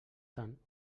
tant